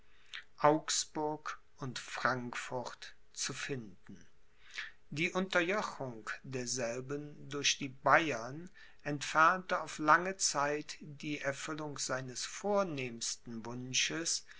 augsburg und frankfurt zu finden die unterjochung derselben durch die bayern entfernte auf lange zeit die erfüllung seines vornehmsten wunsches